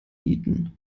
nieten